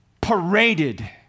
paraded